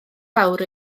fawr